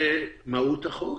היא מהות החוק,